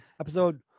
episode